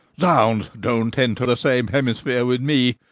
zounds! don't enter the same hemisphere with me!